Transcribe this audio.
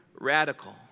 radical